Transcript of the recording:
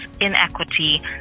inequity